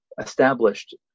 established